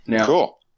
Cool